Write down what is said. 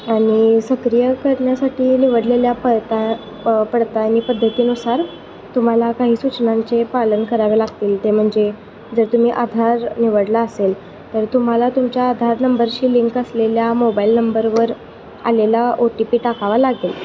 आणि सक्रिय करण्यासाठी निवडलेल्या पडताळ पडताळणी पद्धतीनुसार तुम्हाला काही सूचनांचे पालन करावे लागतील ते म्हणजे जर तुम्ही आधार निवडला असेल तर तुम्हाला तुमच्या आधार नंबरशी लिंक असलेल्या मोबाईल नंबरवर आलेला ओ टी पी टाकावा लागेल